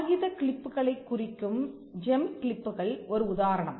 காகிதக் கிளிப்புகளைக் குறிக்கும் ஜெம் கிளிப்புகள் ஒரு உதாரணம்